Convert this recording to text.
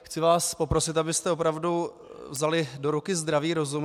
Chci vás poprosit, abyste opravdu vzali do ruky zdravý rozum.